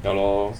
ya lor